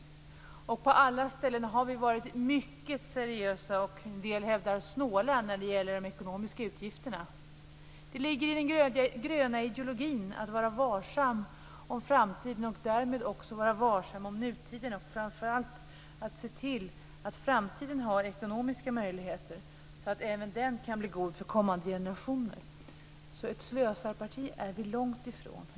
På alla ställen har vi varit mycket seriösa. En del hävdar att vi varit snåla när det gäller ekonomi och utgifter. Det ligger i den gröna ideologin att vara varsam om framtiden och därmed också om nutiden och att framför allt se till att framtiden rymmer ekonomiska möjligheter så att även den tiden kan bli god för kommande generationer. Vi är alltså långt ifrån ett slösarparti.